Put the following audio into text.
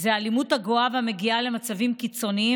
זאת האלימות הגואה והמגיעה למצבים קיצוניים